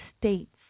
states